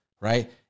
Right